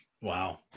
wow